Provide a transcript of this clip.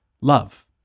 love